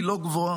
היא לא גבוהה